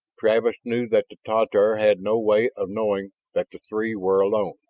travis knew that the tatar had no way of knowing that the three were alone